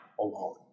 alone